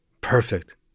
Perfect